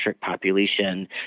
population